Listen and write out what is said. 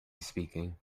speaking